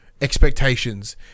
expectations